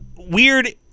Weird